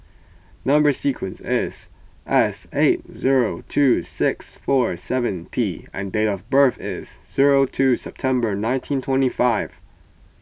Number Sequence is S eight zero two six four seven P and date of birth is zero two September nineteen twenty five